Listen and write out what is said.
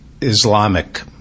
Islamic